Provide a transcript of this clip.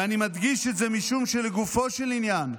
ואני מדגיש את זה משום שלגופו של עניין,